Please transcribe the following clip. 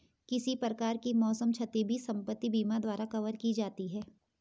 किसी प्रकार की मौसम क्षति भी संपत्ति बीमा द्वारा कवर की जाती है